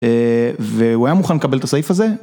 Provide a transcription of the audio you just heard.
והוא היה מוכן לקבל את הסעיף הזה.